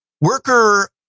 worker